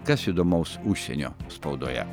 kas įdomaus užsienio spaudoje